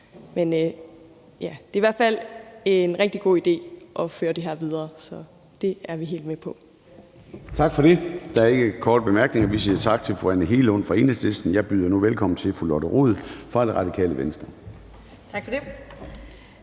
Men det er i hvert fald en rigtig god idé at føre det her videre, så det er vi helt med på.